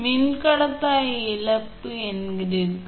மின்கடத்தா இழப்பு என்கிறீர்கள்